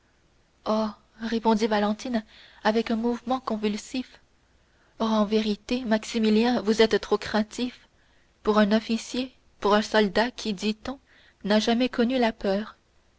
répondit valentine avec un mouvement convulsif oh en vérité maximilien vous êtes trop craintif pour un officier pour un soldat qui dit-on n'a jamais connu la peur